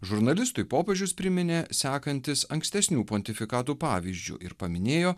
žurnalistui popiežius priminė sekantis ankstesnių pontifikatų pavyzdžiu ir paminėjo